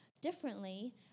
differently